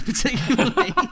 particularly